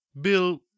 Bill